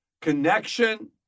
connection